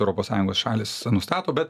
europos sąjungos šalys nustato be